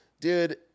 dude